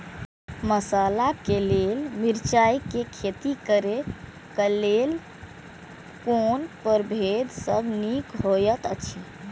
मसाला के लेल मिरचाई के खेती करे क लेल कोन परभेद सब निक होयत अछि?